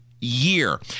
year